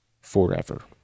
forever